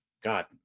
god